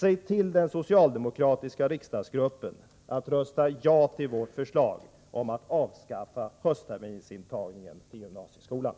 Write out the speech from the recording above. Säg till den socialdemokratiska riksdagsgruppen att rösta ja till vårt förslag om att avskaffa höstterminsintagningen!